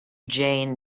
jane